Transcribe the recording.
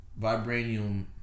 vibranium